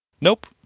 Nope